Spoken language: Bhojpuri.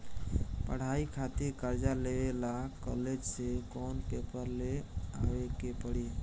पढ़ाई खातिर कर्जा लेवे ला कॉलेज से कौन पेपर ले आवे के पड़ी?